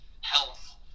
Health